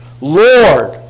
Lord